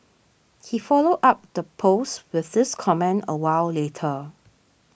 he followed up the post with this comment a while later